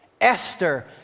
Esther